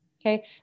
Okay